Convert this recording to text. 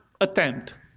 attempt